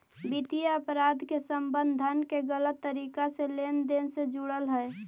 वित्तीय अपराध के संबंध धन के गलत तरीका से लेन देन से जुड़ल हइ